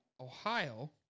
Ohio